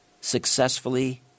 successfully